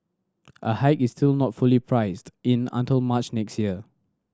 a hike is still not fully priced in until March next year